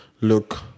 look